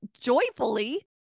joyfully